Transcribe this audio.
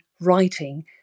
writing